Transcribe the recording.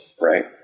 Right